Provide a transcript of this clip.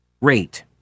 rate